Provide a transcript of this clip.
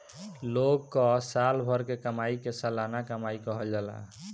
लोग कअ साल भर के कमाई के सलाना कमाई कहल जाला